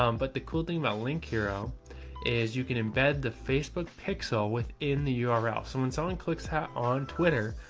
um but the cool thing about link hero is you can embed the facebook pixel within the ah url. someone's selling clicks hat on twitter.